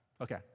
Okay